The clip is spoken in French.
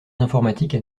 d’informatique